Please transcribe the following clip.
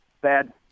bad